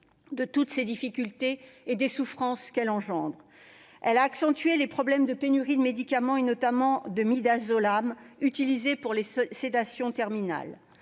de toutes ces difficultés et des souffrances qu'elles engendrent. Elle a accentué les problèmes de pénurie de médicaments, notamment de Midazolam, utilisé pour les sédations terminales.